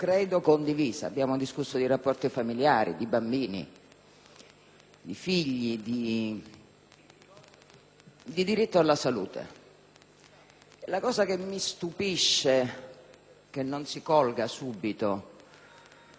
di diritto alla salute. Ciò che mi stupisce è che non si colga subito, esaminando l'articolo 39 e in particolare ragionando sull'ultimo emendamento che abbiamo testé